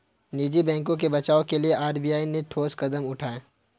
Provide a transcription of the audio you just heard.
निजी बैंकों के बचाव के लिए आर.बी.आई ने ठोस कदम उठाए